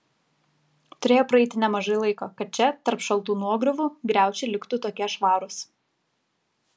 turėjo praeiti nemažai laiko kad čia tarp šaltų nuogriuvų griaučiai liktų tokie švarūs